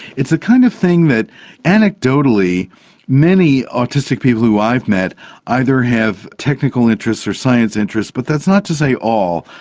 it's the kind of thing that anecdotally many autistic people who i've met either have technical interests or science interests, but that's not to say all.